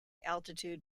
altitude